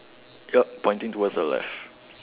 yup pointing towards the left